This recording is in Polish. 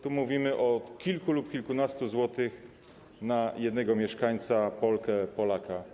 Tu mówimy o kilku lub kilkunastu złotych na jednego mieszkańca, Polkę, Polaka.